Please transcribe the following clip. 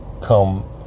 come